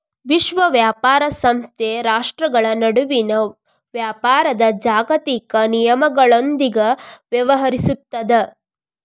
ವಿಶ್ವ ವ್ಯಾಪಾರ ಸಂಸ್ಥೆ ರಾಷ್ಟ್ರ್ಗಳ ನಡುವಿನ ವ್ಯಾಪಾರದ್ ಜಾಗತಿಕ ನಿಯಮಗಳೊಂದಿಗ ವ್ಯವಹರಿಸುತ್ತದ